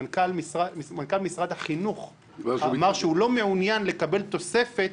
מנכ"ל משרד החינוך אמר שהוא לא מעוניין לקבל תוספת